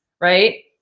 right